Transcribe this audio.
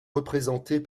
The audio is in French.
représentés